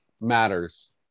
matters